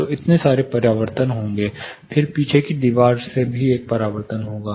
तो इतने सारे परावर्तन होंगे फिर पीछे की दीवार से एक परावर्तन होगा